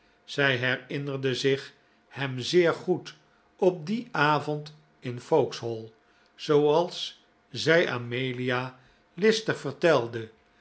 zij herinnerde zich hem zeer goed op dien avond in vauxhall zooals zij amelia listig vertelde